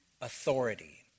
authority